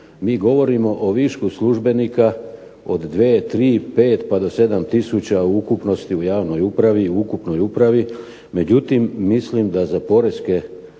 MI govorimo o višku službenika od 2, 3, 5 pa do 7 tisuća u ukupnosti u javnoj upravi i ukupnoj upravi, međutim, mislim da za poreske